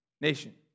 nation